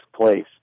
place